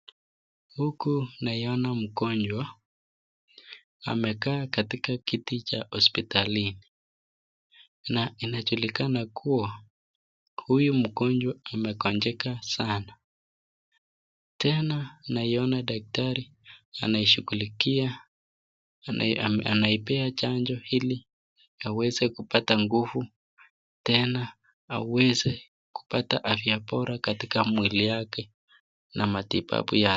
Huku naiona mgonjwa, amekaa katika kiti cha hospitalini, na inajulikana kuwa huyu mgonjwa amegonjeka sana, tena naiona daktari anaipea chanjo iliaweze kupata nguvu tena weze kupata afya bora katika mwili yake na matibabu ya..